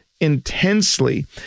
intensely